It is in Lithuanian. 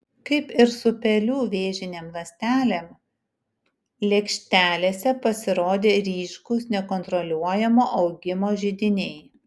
kaip ir su pelių vėžinėm ląstelėm lėkštelėse pasirodė ryškūs nekontroliuojamo augimo židiniai